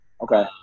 Okay